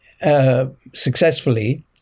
successfully